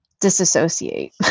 disassociate